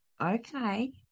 okay